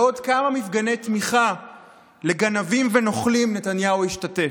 בעוד כמה מפגני תמיכה לגנבים ונוכלים נתניהו ישתתף.